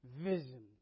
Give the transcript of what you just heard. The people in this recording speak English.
vision